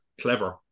clever